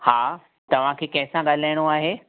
हा तव्हांखे कंहिं सां ॻाल्हाइणो आहे